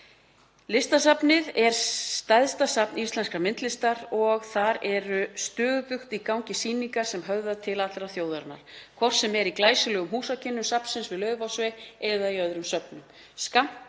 Listasafnið er stærsta safn íslenskrar myndlistar og þar eru stöðugt í gangi sýningar sem höfða til allrar þjóðarinnar, hvort sem er í glæsilegum húsakynnum safnsins við Laufásveg eða í öðrum söfnum. Skammt